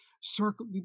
circle